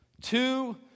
Two